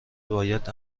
باید